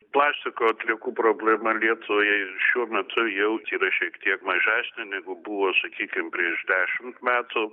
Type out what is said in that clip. plastiko atliekų problema lietuvoje šiuo metu jau yra šiek tiek mažesnė negu buvo sakykim prieš dešimt metų